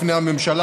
בפני הממשלה.